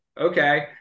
okay